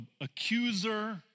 accuser